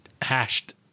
hashed